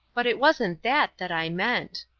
but it wasn't that that i meant.